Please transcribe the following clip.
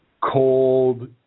cold